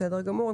בסדר גמור.